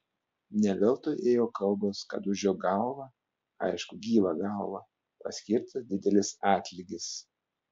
ne veltui ėjo kalbos kad už jo galvą aišku gyvą galvą paskirtas didelis atlygis